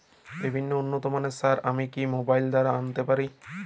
বিভিন্ন উন্নতমানের সার আমি কি মোবাইল দ্বারা আনাতে পারি?